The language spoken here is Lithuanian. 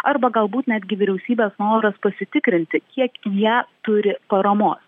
arba galbūt netgi vyriausybės noras pasitikrinti kiek jie turi paramos